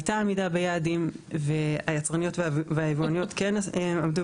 הייתה עמידה ביעדים והיצרניות והיבואניות כן עמדו